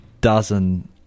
dozen